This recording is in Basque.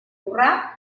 lurra